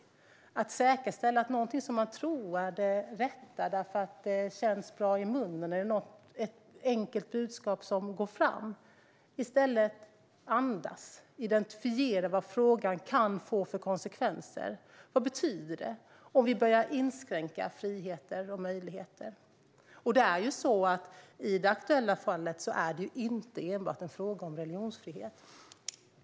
Man behöver säkerställa att något är det rätta, inte bara för att det känns bra i munnen och är ett enkelt budskap som går fram, utan man bör i stället andas och identifiera vilka konsekvenser det kan få. Vad betyder det om vi börjar inskränka friheter och möjligheter? Det aktuella fallet är inte enbart en fråga om religionsfrihet.